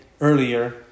earlier